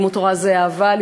לימוד תורה זה אהבה,